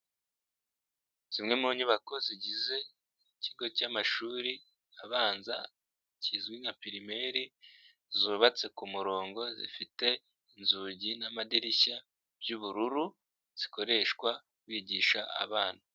Zimwe mu nyubako zigize ikigo cy'amashuri abanza kizwi nka pirimeri zubatse ku murongo, zifite inzugi n'amadirishya by'ubururu zikoreshwa bigisha abana.